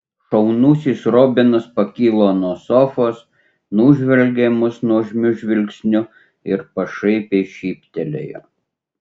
šaunusis robinas pakilo nuo sofos nužvelgė mus nuožmiu žvilgsniu ir pašaipiai šyptelėjo